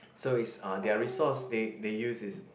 so is uh their resource they they use is